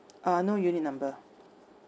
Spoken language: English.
uh no unit number